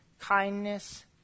kindness